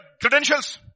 credentials